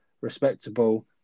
respectable